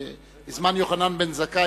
בזמן יוחנן בן זכאי,